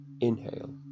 inhale